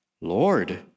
Lord